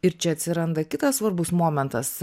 ir čia atsiranda kitas svarbus momentas